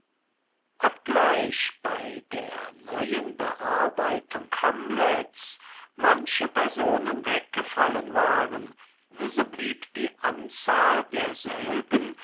obgleich bei der neuen bearbeitung hamlets manche personen weggefallen waren so blieb die anzahl derselben